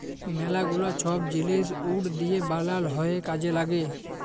ম্যালা গুলা ছব জিলিস উড দিঁয়ে বালাল হ্যয় কাজে ল্যাগে